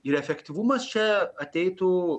ir efektyvumas čia ateitų